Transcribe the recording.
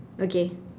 okay